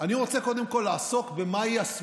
אני רוצה קודם כול לעסוק בסביבה.